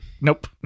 Nope